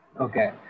Okay